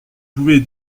pouvez